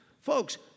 folks